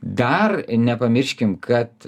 dar nepamirškim kad